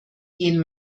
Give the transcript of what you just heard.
gehen